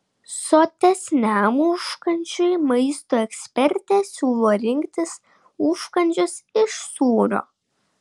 sotesniam užkandžiui maisto ekspertė siūlo rinktis užkandžius iš sūrio